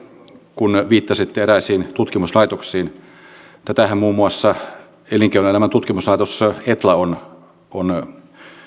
kun viittasitte eräisiin tutkimuslaitoksiin tätähän muun muassa elinkeinoelämän tutkimuslaitos etla on on